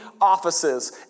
offices